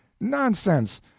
Nonsense